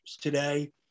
Today